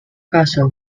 castle